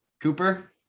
Cooper